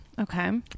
Okay